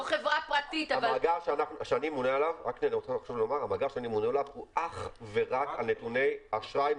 המאגר שאני ממונה עליו הוא אך ורק נתוני אשראי,